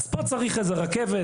אז פה צריך איזו רכבת,